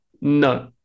no